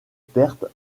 pertes